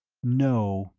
no,